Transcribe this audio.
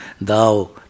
Thou